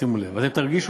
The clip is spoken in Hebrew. שימו לב, אתם תתרגשו.